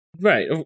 right